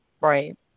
Right